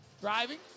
Driving